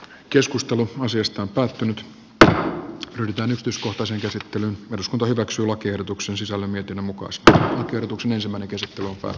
keskustelu asiasta vasta nyt ryhdytään yrityskohtaiseen käsittelyyn eduskunta hyväksyi lakiehdotuksen sisällön yhdenmukaistaa yrityksen ensimmäinen käsittely alkoi